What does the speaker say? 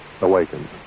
awakens